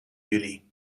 juli